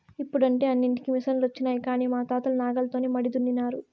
ఇప్పుడంటే అన్నింటికీ మిసనులొచ్చినాయి కానీ మా తాతలు నాగలితోనే మడి దున్నినారు